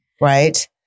right